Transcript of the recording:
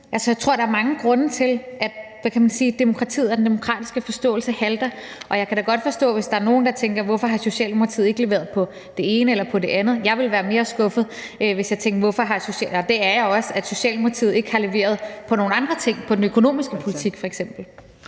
Jeg tror, der er mange grunde til, at demokratiet og den demokratiske forståelse halter, og jeg kan da godt forstå det, hvis der er nogle, der tænker, hvorfor Socialdemokratiet ikke har leveret på det ene eller på det andet. Jeg er mere skuffet over, at Socialdemokratiet ikke har leveret på nogle andre ting, på den økonomiske politik f.eks. Kl.